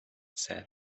said